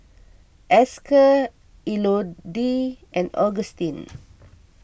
Esker Elodie and Agustin